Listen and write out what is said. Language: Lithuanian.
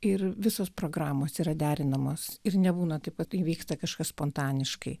ir visos programos yra derinamos ir nebūna taip kad įvyksta kažkas spontaniškai